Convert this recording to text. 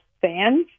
fans